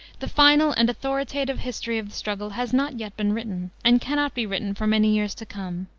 the final and authoritative history of the struggle has not yet been written, and cannot be written for many years to come.